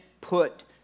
put